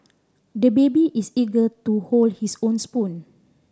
the baby is eager to hold his own spoon